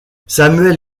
samuel